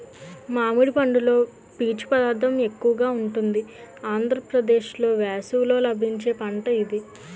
మామిడి పండులో పీచు పదార్థం ఎక్కువగా ఉంటుంది ఆంధ్రప్రదేశ్లో వేసవిలో లభించే పంట ఇది